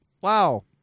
wow